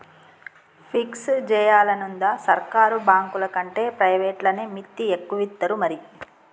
fix జేయాలనుందా, సర్కారు బాంకులకంటే ప్రైవేట్లనే మిత్తి ఎక్కువిత్తరు మరి